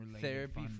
therapy